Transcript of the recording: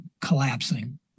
collapsing